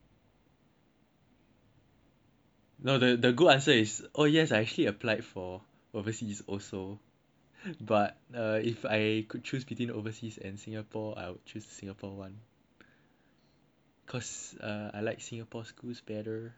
no the the good answer is oh yes I actually applied for overseas also but uh if I could choose between overseas and Singapore I would choose Singapore one cause I like Singapore's schools better something like that